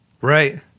Right